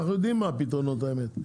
אנחנו יודעים מה הפתרון האמת,